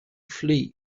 flee